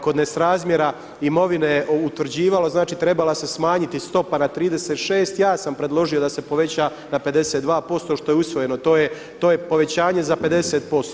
kod nesrazmjera imovine utvrđivalo, znači trebala se smanjiti stopa na 36, ja sam predložio da se poveća na 52% što je usvojeno, to je povećanje za 50%